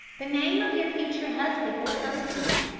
the name of your future husband will come to you.